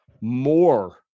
more